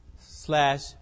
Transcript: slash